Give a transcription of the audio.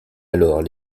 alors